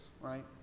right